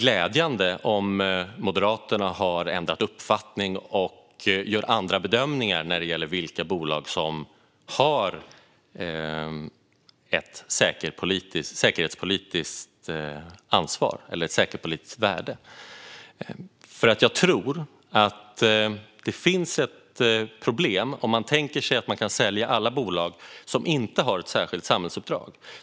Om Moderaterna har ändrat uppfattning och gör andra bedömningar när det gäller vilka bolag som har ett säkerhetspolitiskt värde tycker jag att det är glädjande. Jag tror nämligen att det finns ett problem om man tänker sig att man kan sälja alla bolag som inte har ett särskilt samhällsuppdrag.